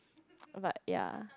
but ya